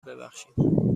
ببخشیم